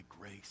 grace